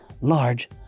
large